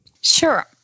Sure